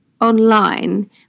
online